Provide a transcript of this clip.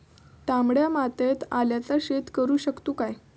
तामड्या मातयेत आल्याचा शेत करु शकतू काय?